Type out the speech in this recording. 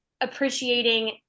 appreciating